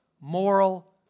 moral